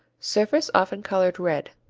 surface often colored red.